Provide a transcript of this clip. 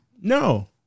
No